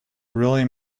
really